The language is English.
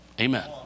Amen